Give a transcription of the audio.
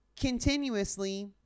continuously